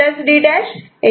B D'